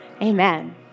Amen